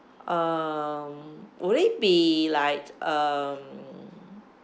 um would it be like um